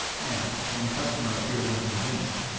and, when a customer appeared unconvinced,